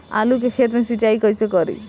आलू के खेत मे सिचाई कइसे करीं?